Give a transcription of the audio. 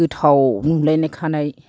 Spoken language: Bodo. गोथाव नुलायनाय खानाय